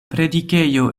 predikejo